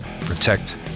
protect